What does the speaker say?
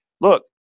Look